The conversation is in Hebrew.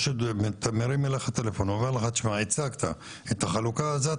או שמרים אליך טלפון ואומר לך - הצגת את החלוקה הזאת,